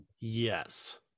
Yes